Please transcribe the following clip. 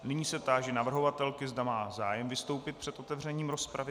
Nyní se táži navrhovatelky, zda má zájem vystoupit před otevřením rozpravy.